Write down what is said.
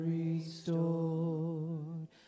restored